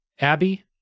Abby